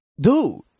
Dude